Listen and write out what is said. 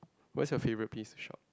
what is your favorite peace shop